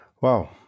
Wow